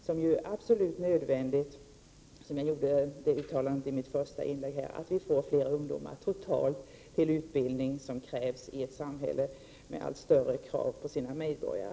Det är, som jag sade i mitt första inlägg, absolut nödvändigt att fler ungdomar söker sig till högre utbildning i vårt samhälle, som ställer allt större krav på sina medborgare.